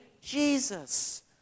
Jesus